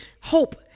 hope